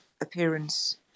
appearance